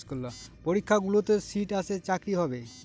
পরীক্ষাগুলোতে সিট আছে চাকরি হবে